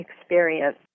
experience